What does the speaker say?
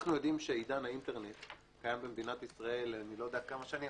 אנחנו יודעים שעידן האינטרנט קיים במדינת ישראל אני לא יודע כמה שנים,